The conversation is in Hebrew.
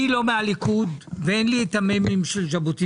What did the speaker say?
אני לא מהליכוד, ואין לי את המ"מים של ז'בוטינסקי.